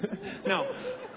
No